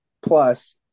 plus